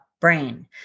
brain